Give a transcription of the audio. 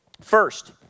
First